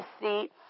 seat